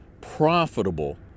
Profitable